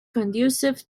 conducive